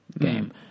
game